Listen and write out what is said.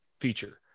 feature